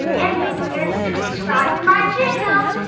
and don't forget to subscribe to my channel,